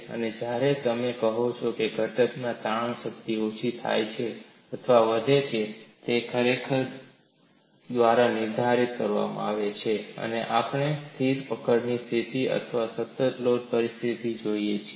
તેથી જ્યારે તમે કહો છો કે ઘટકમાં તાણની શક્તિ ઓછી થાય છે અથવા વધે છે જે ખરેખર દ્વારા નિર્ધારિત કરવામાં આવે છે શું આપણે સ્થિર પકડની સ્થિતિ અથવા સતત લોડ પરિસ્થિતિ હોઈએ છીએ